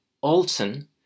Alton